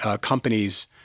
companies